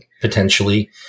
potentially